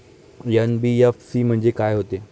NBFC म्हणजे का होते?